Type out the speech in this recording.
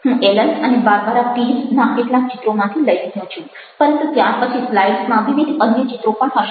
હું એલન અને Barbara Pease ના કેટલાક ચિત્રોમાંથી લઇ રહ્યો છું પરંતુ ત્યાર પછી સ્લાઈડ્સમાં વિવિધ અન્ય ચિત્રો પણ હશે